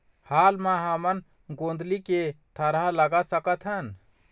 हाल मा हमन गोंदली के थरहा लगा सकतहन?